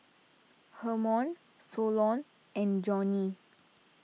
Hermon Solon and Johnny